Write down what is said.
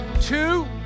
two